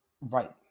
Right